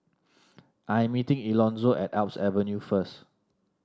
I am meeting Elonzo at Alps Avenue first